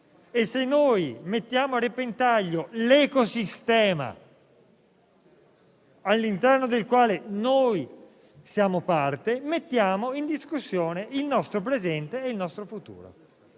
e se noi mettiamo a repentaglio l'ecosistema del quale siamo parte, mettiamo in discussione il nostro presente e il nostro futuro.